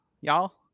y'all